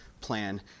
plan